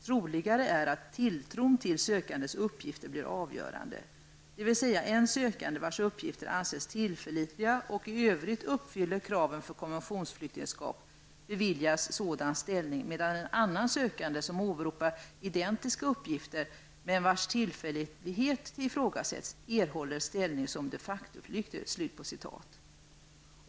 Troligare är att tilltron till sökandens uppgifter blir avgörande, dvs. en sökande vars uppgifter anses tillförlitliga och i övrigt uppfyller kraven för konventionsflyktingskap, beviljas sådan ställning, medan en annan sökande, som åberopar identiska uppgifter, men vars tillförlitlighet ifrågasättes, erhåller ställning som de factoflykting.''